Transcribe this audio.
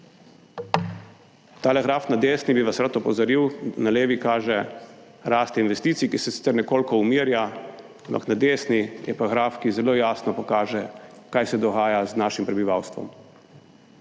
/ pokaže zboru/, bi vas rad opozoril, na levi kaže rast investicij, ki se sicer nekoliko umirja, ampak na desni je pa graf, ki zelo jasno pokaže, kaj se dogaja z našim prebivalstvom.